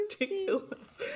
ridiculous